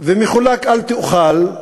ומחולק אל תאכל,